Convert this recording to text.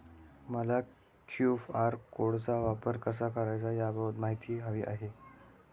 मला क्यू.आर कोडचा वापर कसा करायचा याबाबत माहिती हवी आहे